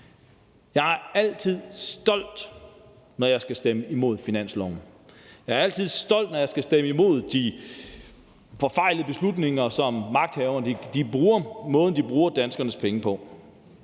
Jeg er altid stolt, når jeg skal stemme imod finansloven, og jeg er altid stolt, når jeg skal stemme imod de forfejlede beslutninger, som magthaverne bruger, måden, de